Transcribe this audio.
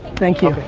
thank you.